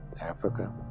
Africa